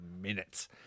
minutes